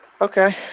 Okay